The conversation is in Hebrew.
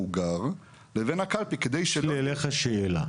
הוא גר לבין הקלפי כדי ש יש לי אליך שאלה,